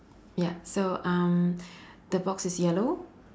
ya so um the box is yellow